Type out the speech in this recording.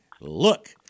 look